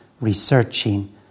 researching